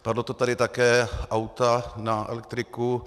Padlo to tady také, auta na elektriku.